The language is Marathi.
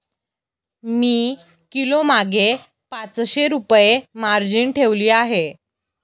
मी किलोमागे पाचशे रुपये मार्जिन ठेवली आहे